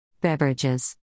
Beverages